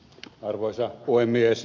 arvoisa puhemies